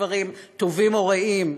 דברים טובים או רעים.